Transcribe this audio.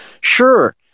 sure